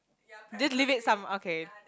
this leave it some okay